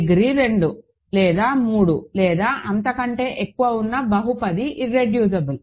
degree 2 లేదా 3 లేదా అంతకంటే ఎక్కువ ఉన్న బహుపది ఇర్రెడ్యూసిబుల్